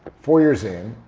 four years in,